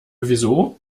wieso